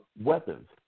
weapons